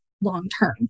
long-term